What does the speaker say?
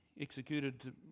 executed